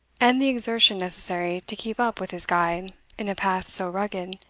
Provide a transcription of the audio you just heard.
and the exertion necessary to keep up with his guide in a path so rugged,